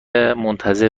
منتظر